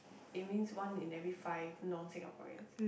it means one in every five non Singaporeans